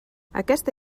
aquesta